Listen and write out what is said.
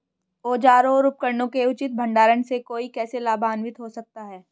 औजारों और उपकरणों के उचित भंडारण से कोई कैसे लाभान्वित हो सकता है?